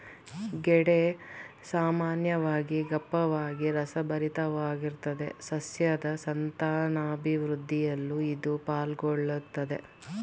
ಗೆಡ್ಡೆ ಸಾಮಾನ್ಯವಾಗಿ ದಪ್ಪವಾಗಿ ರಸಭರಿತವಾಗಿರ್ತದೆ ಸಸ್ಯದ್ ಸಂತಾನಾಭಿವೃದ್ಧಿಯಲ್ಲೂ ಇದು ಪಾಲುಗೊಳ್ಳುತ್ದೆ